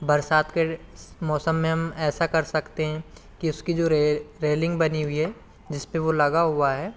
बरसात के मौसम में हम ऐसा कर सकते हैं कि उसकी जो रेलिंग बनी हुई है जिस पर वो लगा हुआ है